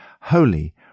Holy